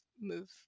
move